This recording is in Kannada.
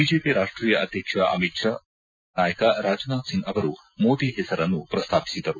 ಬಿಜೆಪಿ ರಾಷ್ಟೀಯ ಅಧ್ಯಕ್ಷ ಅಮಿತ್ ಷಾ ಮತ್ತು ಪಕ್ಷದ ಹಿರಿಯ ನಾಯಕ ರಾಜನಾಥ್ ಸಿಂಗ್ ಅವರು ಮೋದಿ ಹೆಸರನ್ನು ಪ್ರಸ್ತಾಪಿಸಿದರು